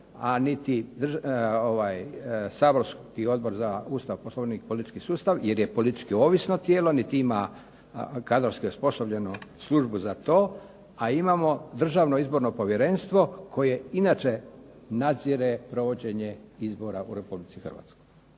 a niti saborski Odbor za Ustav, Poslovnik i politički sustav jer je politički ovisno tijelo, niti ima kadrovsku osposobljenu službu za to, a imamo Državno izborno povjerenstvo koje inače nadzire provođenje izbora u Republici Hrvatskoj.